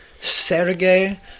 Sergei